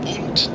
Und